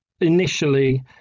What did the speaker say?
initially